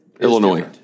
Illinois